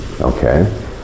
okay